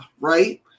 right